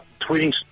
tweeting